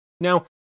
Now